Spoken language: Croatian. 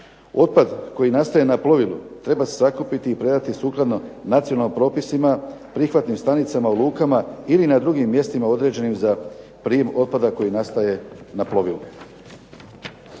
Otpad koji nastaje na plovilu treba sakupiti i predati sukladno nacionalnim propisima prihvatnim stanicama u lukama ili na drugim mjestima određenim za prijem otpada koji nastaje na plovilu.